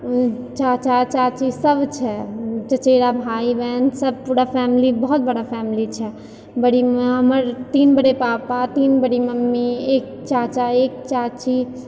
चाचा चाची सब छै चचेरा भाय बहिन सब पूरा फैमिली बहुत बड़ा फैमिली छै बड़ी माँ हमर तीन बड़े पापा तीन बड़ी मम्मी एक चाचा एक चाची